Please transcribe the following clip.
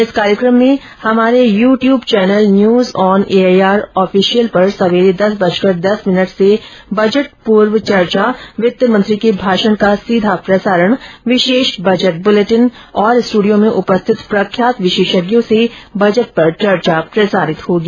इस कार्यक्रम में हमारे YouTube channel news on AIR official पर सवेरे दस बजकर दस मिनट से बजट पूर्व चर्चा वित्त मंत्री के भाषण का सीधाप्रसारण विशेष बजट बुलेटिन और स्टूडियो में उपस्थित प्रख्यात विशेषज्ञों से बजटपर चर्चा प्रसारित होगी